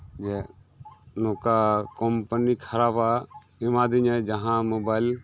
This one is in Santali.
ᱡᱮ ᱱᱚᱝᱠᱟ ᱠᱚᱢᱯᱟᱹᱱᱤ ᱠᱷᱟᱨᱟᱯᱟ ᱮᱢᱟᱫᱤᱧᱟᱭ ᱡᱟᱦᱟᱸ ᱢᱚᱵᱟᱭᱤᱞ